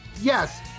yes